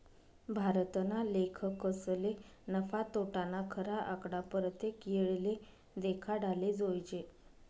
भारतना लेखकसले नफा, तोटाना खरा आकडा परतेक येळले देखाडाले जोयजे